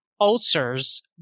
ulcers